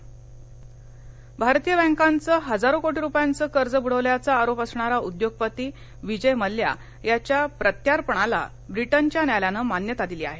मल्ल्या भारतीय बँकांचं हजारो कोटी रुपयांचं कर्ज बुडवल्याचा आरोप असणारा उद्योगपती विजय मल्ल्या याच्या प्रत्यार्पणाला ब्रिटनच्या न्यायालयानं मान्यता दिली आहे